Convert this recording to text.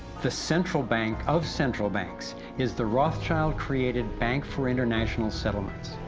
the central bank of central banks is the rothschild created bank for international settlements.